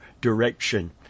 direction